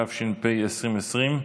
התש"ף 2020,